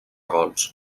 gols